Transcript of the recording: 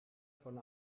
von